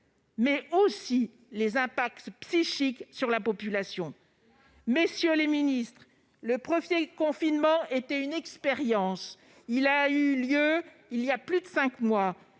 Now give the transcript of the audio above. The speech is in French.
mais aussi les impacts psychiques sur la population. Monsieur le ministre, le premier confinement était une expérience. Il a eu lieu il y a plus de cinq mois.